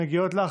מגיעות לך,